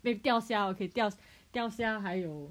eh 钓虾 okay 钓钓虾还有